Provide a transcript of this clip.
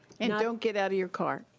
and don't get out of your car.